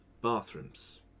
bathrooms